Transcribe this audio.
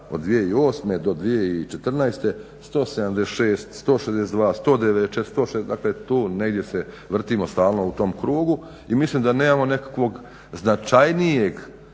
od 2008. do 2014. 176, 162, dakle tu negdje se vrtimo stalno u tom krugu. I mislim da nemamo nekakvog značajnijeg